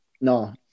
No